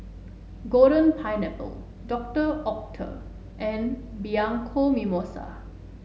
Golden Pineapple Doctor Oetker and Bianco Mimosa